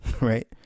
right